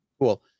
cool